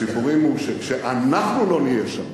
סיפורים, כשאנחנו לא נהיה שם,